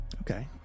Okay